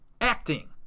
Acting